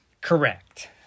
Correct